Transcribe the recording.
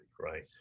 right